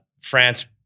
France